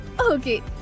Okay